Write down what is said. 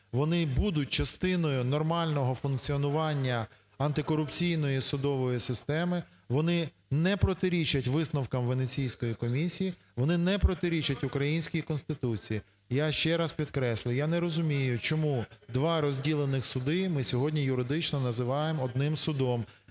вони будуть частиною нормального функціонування антикорупційної судової системи, вони не протирічать висновкам Венеційської комісії, вони не протирічать українській Конституції. Я ще раз підкреслюю, я не розумію чому два розділених суди ми сьогодні юридично називаємо одним судом,